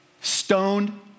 Stoned